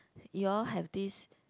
you all have this